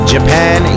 Japan